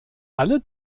alle